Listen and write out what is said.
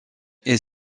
est